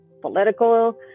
political